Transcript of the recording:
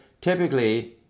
typically